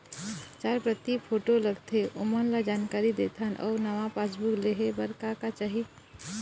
चार प्रति फोटो लगथे ओमन ला जानकारी देथन अऊ नावा पासबुक लेहे बार का का चाही?